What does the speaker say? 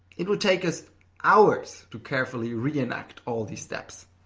it would take us hours to carefully reenact all the steps.